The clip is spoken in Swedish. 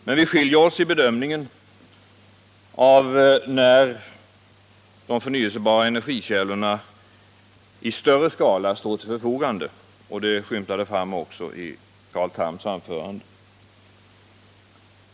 Men vi skiljer oss i bedömningen av när de förnyelsebara energikällorna i större skala står till förfogande. Det skymtade också fram i Carl Thams anförande.